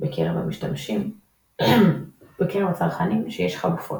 בקרב הצרכנים שיש חלופות,